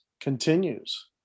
continues